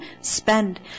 spend